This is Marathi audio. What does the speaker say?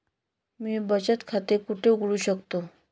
मी बचत खाते कुठे उघडू शकतो?